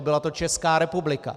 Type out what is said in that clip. Byla to Česká republika.